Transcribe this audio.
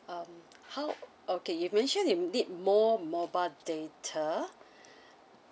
um how okay you mentioned you need more mobile data